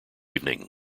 evening